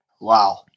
Wow